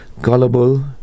Gullible